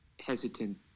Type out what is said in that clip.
hesitant